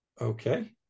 Okay